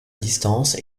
distance